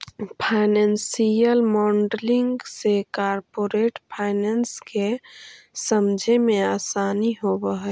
financial modelling से corporate finance के समझे मेंअसानी होवऽ हई